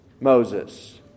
Moses